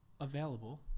available